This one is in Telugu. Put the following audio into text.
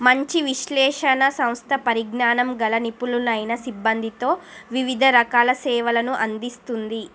మంచి విశ్లేషణా సంస్థ పరిజ్ఞానంగల నిపుణులైన సిబ్బందితో వివిధ రకాల సేవలను అందిస్తుంది